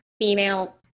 female